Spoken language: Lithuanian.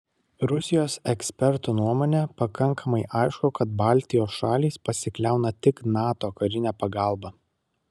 rusijos eksperto nuomone pakankamai aišku kad baltijos šalys pasikliauna tik nato karine pagalba